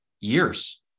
years